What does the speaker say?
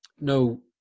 No